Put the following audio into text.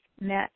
met